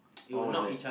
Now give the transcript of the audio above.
oh it's like